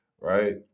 right